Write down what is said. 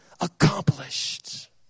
accomplished